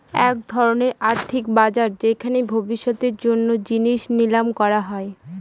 এক ধরনের আর্থিক বাজার যেখানে ভবিষ্যতের জন্য জিনিস নিলাম করা হয়